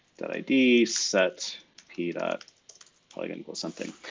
that id set p dot polygon or something.